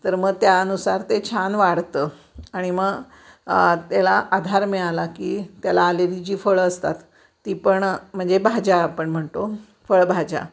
तर मग त्यानुसार ते छान वाढतं आणि मग त्याला आधार मिळाला की त्याला आलेली जी फळं असतात ती पण म्हणजे भाज्या आपण म्हणतो फळभाज्या